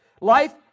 life